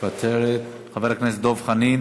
מוותרת, חבר הכנסת דב חנין,